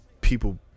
people